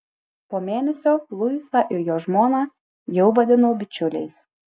po mėnesio luisą ir jo žmoną jau vadinau bičiuliais